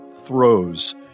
throws